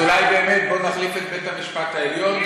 אז אולי באמת בואו נחליף את בית-המשפט העליון,